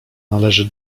należy